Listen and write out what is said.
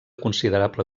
considerable